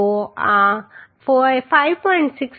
તો આ 5